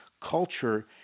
culture